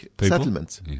settlements